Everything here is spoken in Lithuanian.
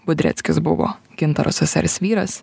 budreckis buvo gintaro sesers vyras